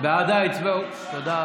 תודה.